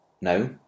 no